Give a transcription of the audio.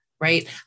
right